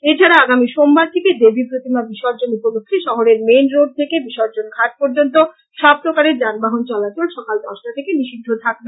এছাড়া আগামী সোমবার থেকে দেবী প্রতিমা বিসর্জন উপলক্ষে শহরের মেন রোড থেকে বিসর্জন ঘাট পর্যন্ত সবপ্রকারের যানবাহন চলাচল সকাল দশটা থেকে নিষিদ্ধ থাকবে